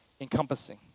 encompassing